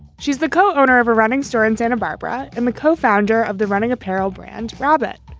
she's the co owner of a running store in santa barbara and the co-founder of the running apparel brand, robert.